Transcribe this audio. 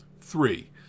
Three